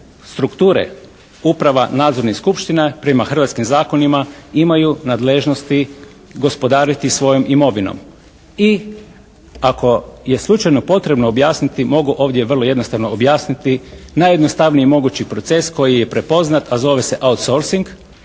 strukture uprava, nadzorni i skupština prema hrvatskim zakonima imaju nadležnosti gospodariti svojom imovinom. I ako je slučajno potrebno objasniti mogu ovdje vrlo jednostavno objasniti. Najjednostavniji mogući proces koji je i prepoznat a zove se out soercing